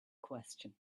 question